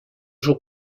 jours